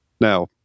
Now